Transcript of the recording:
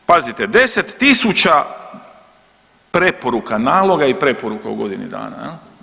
Pazite 10 000 preporuka, naloga i preporuka u godini dana.